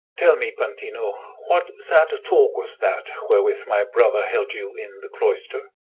tell me, panthino, what sad talk was that wherewith my brother held you in the cloister?